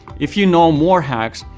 if you know more hacks,